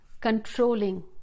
controlling